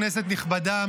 כנסת נכבדה,